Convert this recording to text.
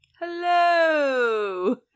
Hello